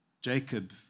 Jacob